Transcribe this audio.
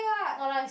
not nice